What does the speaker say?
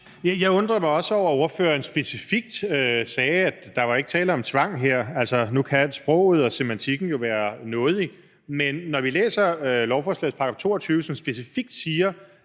Jeg undrede mig også over, at ordføreren specifikt sagde, at der ikke var tale om tvang her. Altså, nu kan sproget og semantikken jo være nådige, men når vi kan læse, at lovforslagets § 22 specifikt siger,